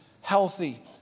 healthy